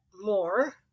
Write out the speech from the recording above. more